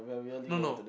no no